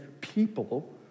people